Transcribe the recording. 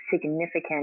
significant